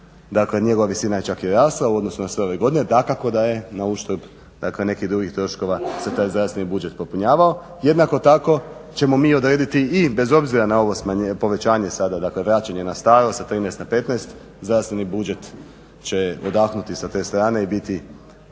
Dakle, njegova visina je čak i rasla u odnosu na sve ove godine. Dakako da je na uštrb, dakle nekih drugih troškova jer se taj zdravstveni budžet popunjavao. Jednako tako ćemo mi odrediti i bez obzira na ovo povećanje sada, dakle vraćanje na staro sa 13 na 15 zdravstveni budžet će odahnuti sa te strane i biti